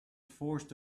forced